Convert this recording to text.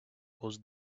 was